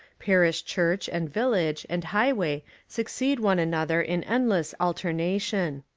parish church, and village and highway succeed one another in endless alternation.